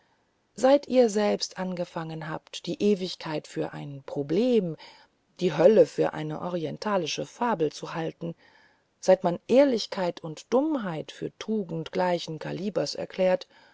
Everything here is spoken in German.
seit ihr selbst angefangen habt die ewigkeit für ein problem die hölle für eine orientalische fabel zu halten seit man ehrlichkeit und dummheit für tugenden gleichen kalibers erklärt